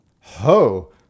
Ho